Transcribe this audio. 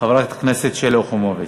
חברת הכנסת שלי יחימוביץ.